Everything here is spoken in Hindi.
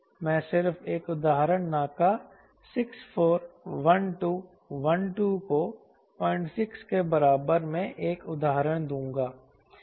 मैं सिर्फ एक उदाहरण NACA 641212 को 06 के बराबर में एक उदाहरण दूंगा